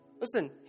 Listen